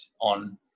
on